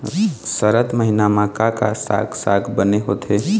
सरद महीना म का साक साग बने होथे?